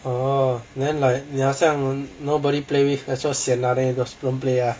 orh then like 你好像 nobody play with thats why sian lah then you just don't play lah